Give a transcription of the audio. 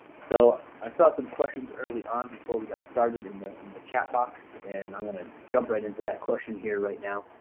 so i saw some questions early on before we got started in the in the chat box and i'm going to jump right into that question here right now.